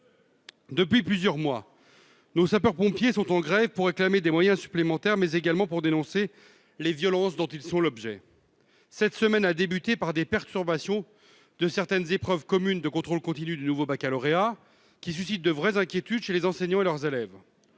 Depuis plusieurs mois, nos sapeurs-pompiers sont en grève pour réclamer des moyens supplémentaires, mais également pour dénoncer les violences dont ils sont l'objet. Cette semaine a commencé par des perturbations de certaines épreuves communes de contrôle continu du nouveau baccalauréat, qui suscite de vraies inquiétudes chez les enseignants et leurs élèves.